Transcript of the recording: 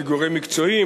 כגורם מקצועי,